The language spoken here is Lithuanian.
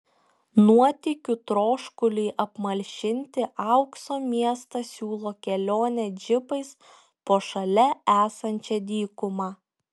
nuotykių troškuliui apmalšinti aukso miestas siūlo kelionę džipais po šalia esančią dykumą